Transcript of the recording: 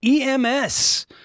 EMS